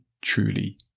truly